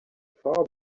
far